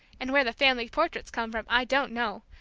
and where the family portraits came from i don't know,